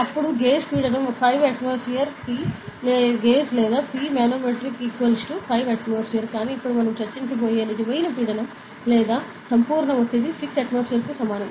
అప్పుడు గేజ్ పీడనం 5 atm P gauge లేదా P మనోమెట్రిక్ 5 atm కానీ ఇప్పుడు మనం చర్చించబోయే నిజమైన పీడనం లేదా సంపూర్ణ ఒత్తిడి 6 atm కు సమానం